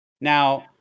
Now